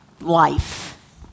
life